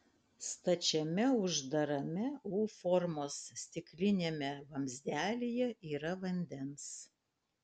stačiame uždarame u formos stikliniame vamzdelyje yra vandens